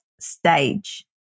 stage